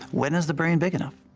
when is the brain big enough?